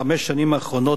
חמש השנים האחרונות,